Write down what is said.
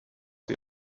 sie